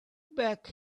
back